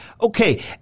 okay